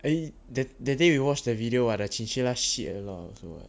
eh that that day we watched the video [what] the chinchilla shit a lot